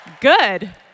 Good